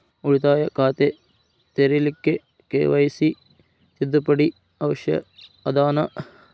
ಉಳಿತಾಯ ಖಾತೆ ತೆರಿಲಿಕ್ಕೆ ಕೆ.ವೈ.ಸಿ ತಿದ್ದುಪಡಿ ಅವಶ್ಯ ಅದನಾ?